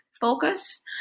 focus